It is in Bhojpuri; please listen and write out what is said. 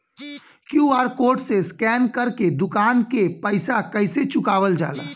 क्यू.आर कोड से स्कैन कर के दुकान के पैसा कैसे चुकावल जाला?